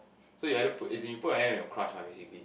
so you either put as in you put an end on your crush lah basically